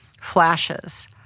flashes